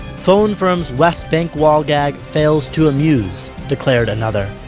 phone firm's west bank wall gag fails to amuse, declared another.